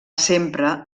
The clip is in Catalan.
sempre